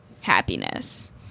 happiness